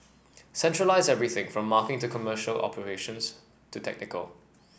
centralise everything from market to commercial operations to technical